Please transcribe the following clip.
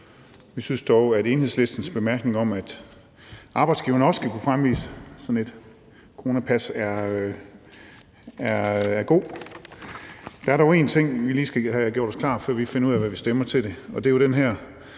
Vi synes dog, at Enhedslistens bemærkning om, at arbejdsgiverne også skal kunne fremvise sådan et coronapas, er god. Der er dog en ting, vi lige skal have gjort os klar, før vi finder ud af, hvad vi stemmer til det,